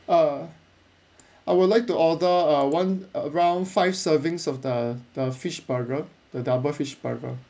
uh I would like to order uh one round five servings of the the fish burger the double fish burger